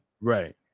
Right